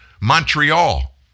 Montreal